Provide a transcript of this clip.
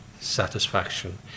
satisfaction